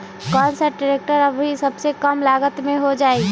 कौन सा ट्रैक्टर अभी सबसे कम लागत में हो जाइ?